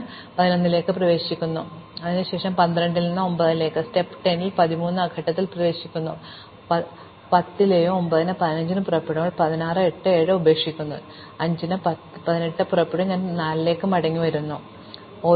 അതിനാൽ ഇപ്പോൾ ഞാൻ 8 സ്റ്റെപ്പ് 11 ൽ പ്രവേശിക്കുന്നു 8 ൽ നിന്ന് ഞാൻ സ്റ്റെപ്പ് 12 ൽ 9 ൽ നിന്ന് ഞാൻ സ്റ്റെപ്പ് 10 ൽ 13 ആം ഘട്ടത്തിൽ പ്രവേശിക്കുന്നു ഞാൻ 10 ഇലയും 9 ഉം 15 ന് പുറപ്പെടുമ്പോൾ ഞാൻ 16 ന് 8 ഉം 7 ഉം ഉപേക്ഷിക്കുന്നു ഞാൻ 5 ന് 18 ന് പുറപ്പെടും ഞാൻ 4 ലേക്ക് മടങ്ങിവരുന്നു ഒടുവിൽ ഞാൻ പൂർത്തിയാക്കി നന്ദി